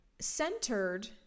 Centered